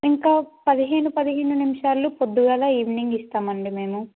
ఇంకా పదిహేను పదిహేను నిమిషాలు పొద్దుగాల ఈవెనింగ్ ఇస్తామండి మేము